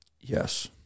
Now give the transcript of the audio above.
Yes